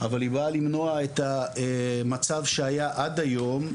אבל היא באה למנוע את המצב שהיה עד היום.